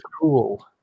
cool